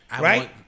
Right